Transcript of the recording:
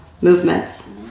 movements